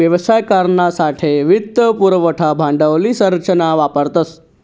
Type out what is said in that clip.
व्यवसाय करानासाठे वित्त पुरवठा भांडवली संरचना वापरतस